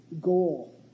goal